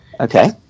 Okay